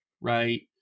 right